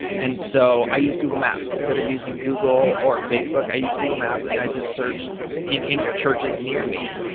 and so used google maps. instead of using google or facebook, i used google maps, and i just searched you know you know churches near me.